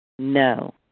No